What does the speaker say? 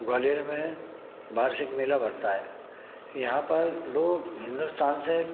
ग्वालियर में वार्षिक मेला पड़ता हैं यहाँ पर लोग हिंदुस्तान से